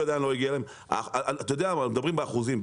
אנחנו מדברים באחוזים,